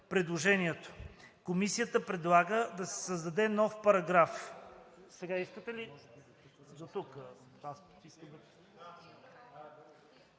Комисията предлага да се създаде нов §